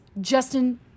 justin